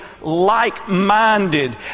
like-minded